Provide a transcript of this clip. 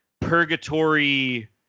purgatory